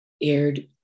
aired